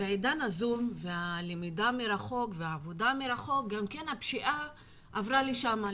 בעידן הזום והלמידה מרחוק והעבודה מרחוק גם כן הפשיעה עברה לשם,